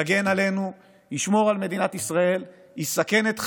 יגן עלינו, ישמור על מדינת ישראל, יסכן את חייו,